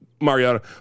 Mariota